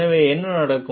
எனவே என்ன நடக்கும்